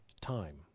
time